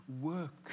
work